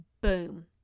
Boom